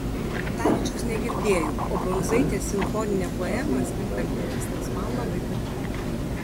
kutavičiaus negirdėjau o brundzaitės simfoninė poema skirta alpinistams man labai patiko